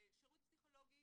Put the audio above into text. שירות פסיכולוגי